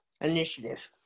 initiative